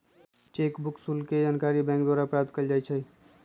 cheque book शुल्क के जानकारी बैंक द्वारा प्राप्त कयल जा सकइ छइ